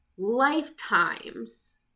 lifetimes